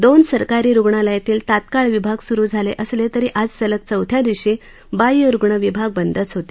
दोन सरकारी रुग्णालयातील तात्काळ विभाग सुरू झालं असलं तरी आज सलग चौथ्या दिवशी बाह्यरुग्ण विभाग बंदच होते